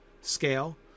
scale